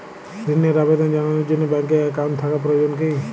ঋণের আবেদন জানানোর জন্য ব্যাঙ্কে অ্যাকাউন্ট থাকা প্রয়োজন কী?